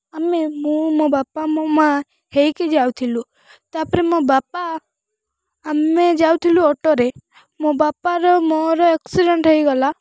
ଆମେ ମୁଁ ମୋ ବାପା ମୋ ମାଆ ହେଇକି ଯାଉଥିଲୁ ତା'ପରେ ମୋ ବାପା ଆମେ ଯାଉଥିଲୁ ଅଟୋରେ ମୋ ବାପାର ମୋର ଆକ୍ସିଡେଣ୍ଟ ହେଇଗଲା